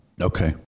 Okay